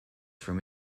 from